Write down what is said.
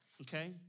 Okay